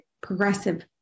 progressive